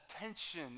attention